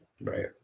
Right